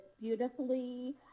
beautifully